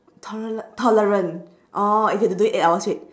tolera~ tolerant oh if you have to do it eight hours straight